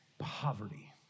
poverty